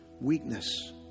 weakness